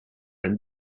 and